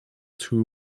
too